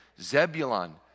Zebulon